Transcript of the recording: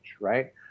right